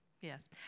Yes